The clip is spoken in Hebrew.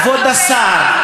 כבוד השר,